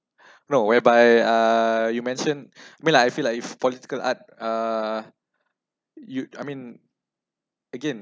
no whereby uh you mentioned mean like I feel like if political art uh you'd I mean again